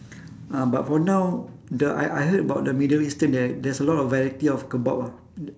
ah but for now the I I heard about the middle eastern there there's a lot of variety of kebab ah